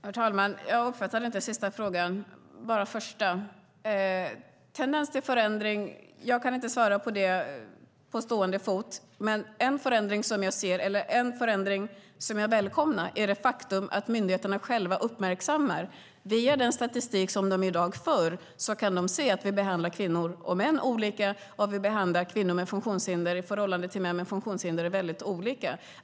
Herr talman! Jag uppfattade inte den sista frågan utan bara den första. Jag kan inte på stående fot svara på om det finns någon tendens till förändring. Men en förändring som jag välkomnar är det faktum att myndigheterna själva uppmärksammar, via den statistik som de i dag för, att vi behandlar kvinnor och män olika och att vi behandlar kvinnor med funktionshinder och män med funktionshinder väldigt olika.